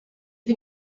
you